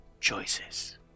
choices